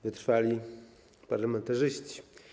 Wytrwali Parlamentarzyści!